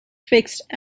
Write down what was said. fixed